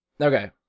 Okay